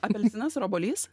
apelsinas ar obuolys